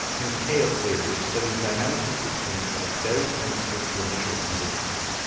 and chaos theory which studies dynamical systems that are very sensitive to initial conditions.